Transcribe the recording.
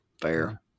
fair